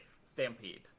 Stampede